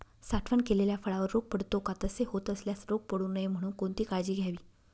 साठवण केलेल्या फळावर रोग पडतो का? तसे होत असल्यास रोग पडू नये म्हणून कोणती काळजी घ्यावी?